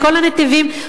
כל הנתיבים,